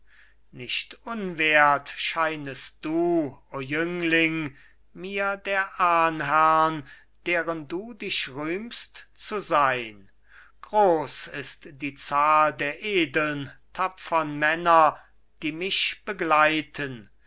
nicht unwerth scheinest du o jüngling mir der ahnherrn deren du dich rühmst zu sein groß ist die zahl der edeln tapfern männer die mich begleiten